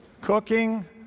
cooking